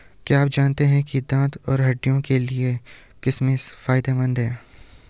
क्या आप जानते है दांत और हड्डियों के लिए किशमिश फायदेमंद है?